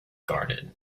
garden